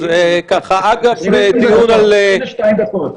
22 דקות.